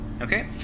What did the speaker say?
Okay